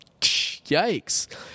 yikes